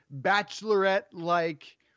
bachelorette-like